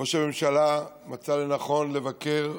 ראש הממשלה מצא לנכון לבקר,